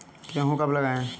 गेहूँ कब लगाएँ?